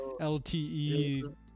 LTE